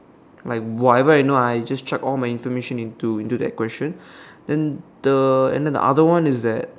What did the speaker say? like whatever I know I just chug all my information into into that question then the and then the other one is that